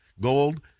gold